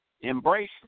Embrace